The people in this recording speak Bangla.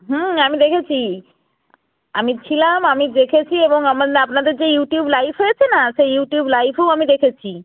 হুম আমি দেখেছি আমি ছিলাম আমি দেখেছি এবং আমার না আপনাদের যে ইউটিউব লাইভ হয়েছে না সেই ইউটিউব লাইভেও আমি দেখেছি